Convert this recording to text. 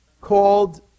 called